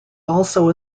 also